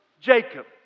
Jacob